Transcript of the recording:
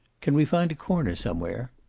can we find a corner somewhere?